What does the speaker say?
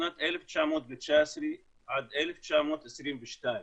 שנת 1919 עד 1922,